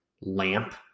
lamp